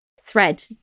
thread